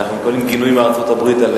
ואנחנו מקבלים גינויים מארצות-הברית על